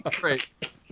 Great